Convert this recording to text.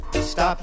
Stop